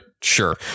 sure